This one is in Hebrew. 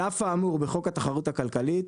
על אף האמור בחוק התחרות הכלכלית,